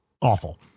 awful